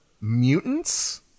mutants